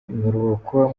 biruhuko